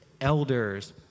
elders